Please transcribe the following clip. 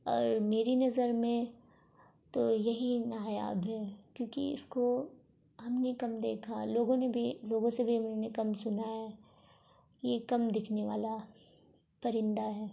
اور میری نظر میں تو یہی نایاب ہے کیونکہ اس کو ہم نے کم دیکھا لوگوں نے بھی لوگوں سے بھی ہم نے انہیں کم سنا ہے یہ کم دکھنے والا پرندہ ہے